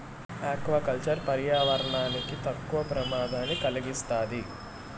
aqua culture పర్యావరణానికి తక్కువ ప్రమాదాన్ని కలిగిస్తాది